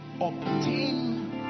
obtain